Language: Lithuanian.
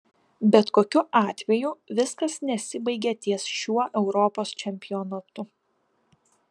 bet kokiu atveju viskas nesibaigia ties šiuo europos čempionatu